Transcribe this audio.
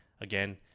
Again